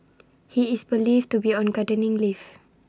he is believed to be on gardening leave